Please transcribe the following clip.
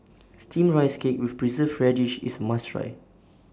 Steamed Rice Cake with Preserved Radish IS A must Try